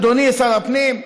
אדוני שר הפנים,